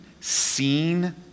seen